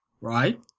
right